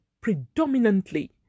predominantly